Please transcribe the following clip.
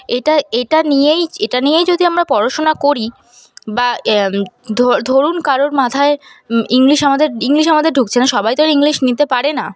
এটা এটা নিয়েই এটা নিয়েই যদি আমরা পড়াশোনা করি বা ধো ধরুন কারোর মাথায় ইংলিশ আমাদের ইংলিশ আমাদের ঢুকছে না সবাই তো আর ইংলিশ নিতে পারে না